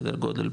סדר גודל,